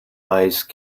ice